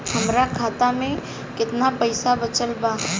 हमरा खाता मे केतना पईसा बचल बा?